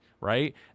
right